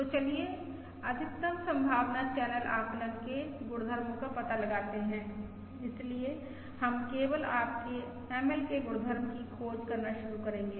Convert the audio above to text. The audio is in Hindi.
तो चलिए अधिकतम संभावना चैनल आकलन के गुणधर्मो का पता लगाते हैं इसलिए हम केवल आपके ML के गुणधर्मो की खोज करना शुरू करेंगे